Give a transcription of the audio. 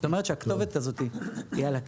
זאת אומרת, הכתובת הזו היא על הקיר.